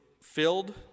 filled